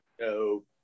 No